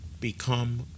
become